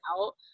out